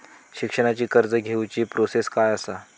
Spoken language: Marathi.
शिक्षणाची कर्ज घेऊची प्रोसेस काय असा?